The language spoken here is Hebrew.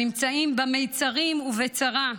הנמצאים במְצָרים ובצרה,